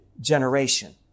generation